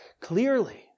clearly